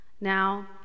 Now